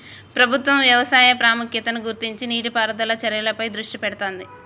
ప్రభుత్వం వ్యవసాయ ప్రాముఖ్యతను గుర్తించి నీటి పారుదల చర్యలపై దృష్టి పెడుతాంది